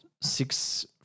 six